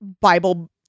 Bible